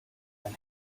ein